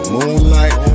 Moonlight